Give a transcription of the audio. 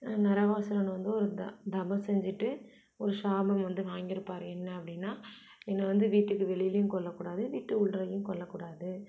நரகாசுரனை வந்து ஒரு தவம் செஞ்சுட்டு ஒரு சாபம் வந்து வாங்கிருப்பார் என்ன அப்படின்னா என்ன வந்து வீட்டுக்கு வெளியிலேயும் கொல்ல கூடாது வீடு உள்ளேயும் கொல்ல கூடாது